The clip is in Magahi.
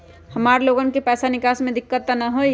हमार लोगन के पैसा निकास में दिक्कत त न होई?